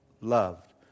loved